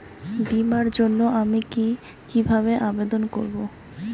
বিমার জন্য আমি কি কিভাবে আবেদন করব?